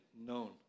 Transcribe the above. known